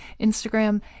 Instagram